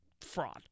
fraud